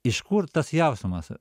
iš kur tas jausmas